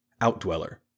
Outdweller